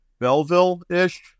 Belleville-ish